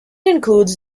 includes